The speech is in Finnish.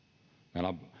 meillä